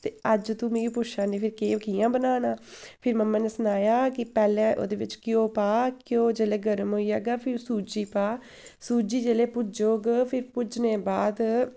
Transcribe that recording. ते अज्ज तू मिगी पुच्छा करनीं फिर कि कि'यां बनाना फिर मम्मा ने सनाया कि पैह्लें ओह्दे बिच्च घ्यो पा घ्यो जेल्लै गर्म होई जागा ते फ्ही सूजी पा सूजी जेल्लै भुजग फ्ही भुज्जने बाद